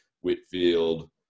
Whitfield